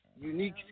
Unique